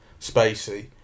Spacey